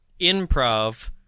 improv